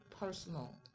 personal